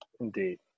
Indeed